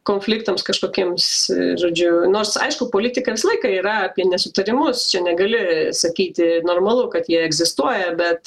konfliktams kažkokiems žodžiu nors aišku politika visą laiką yra apie nesutarimus čia negali sakyti normalu kad jie egzistuoja bet